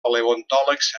paleontòlegs